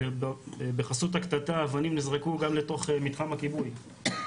בחסות הקטטה אבנים נזרקו גם לתוך מתחם הכיבוי.